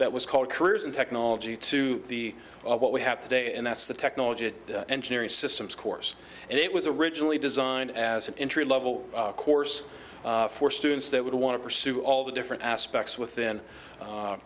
that was called careers in technology to the what we have today and that's the technology engineering systems course and it was originally designed as an entry level course for students that would want to pursue all the different aspects within